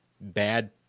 bad